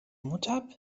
متعب